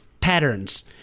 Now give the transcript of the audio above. patterns